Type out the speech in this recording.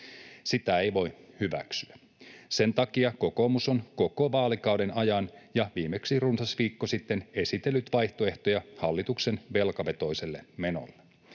Sitä ei voi hyväksyä. Sen takia kokoomus on koko vaalikauden ajan ja viimeksi runsas viikko sitten esitellyt vaihtoehtoja hallituksen velkavetoiselle menolle.